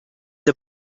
the